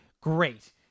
Great